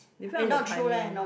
depend on the timing